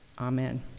amen